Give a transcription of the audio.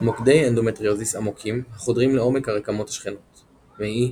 - מוקדי אנדומטריוזיס עמוקים החודרים לעומק הרקמות השכנות מעי,